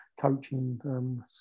coaching